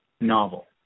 novel